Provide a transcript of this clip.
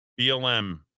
BLM